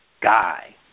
guy